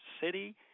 City